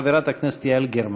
חברת הכנסת יעל גרמן.